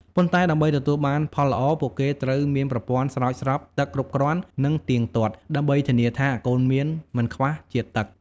ប៉ុន្តែដើម្បីទទួលបានផលល្អ ពួកគេត្រូវមានប្រព័ន្ធស្រោចស្រពទឹកគ្រប់គ្រាន់និងទៀងទាត់ ដើម្បីធានាថា កូនមៀនមិនខ្វះជាតិទឹក។